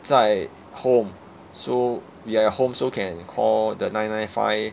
在 home so we are at home so can call the nine nine five